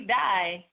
die